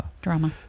Drama